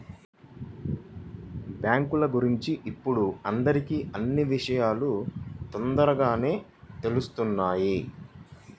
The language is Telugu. బ్యేంకుల గురించి ఇప్పుడు అందరికీ అన్నీ విషయాలూ తొందరగానే తెలుత్తున్నాయి